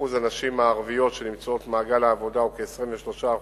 שיעור הנשים הערביות שנמצאות במעגל העבודה הוא כ-23%.